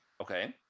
okay